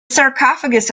sarcophagus